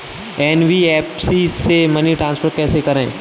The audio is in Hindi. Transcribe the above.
एन.बी.एफ.सी से मनी ट्रांसफर कैसे करें?